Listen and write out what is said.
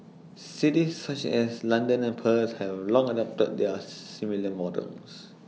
cities such as London and Perth have long adopted their similar models